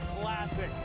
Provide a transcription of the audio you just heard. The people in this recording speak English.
classic